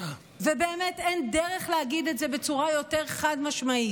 ובאמת אין דרך להגיד את זה בצורה יותר חד-משמעית,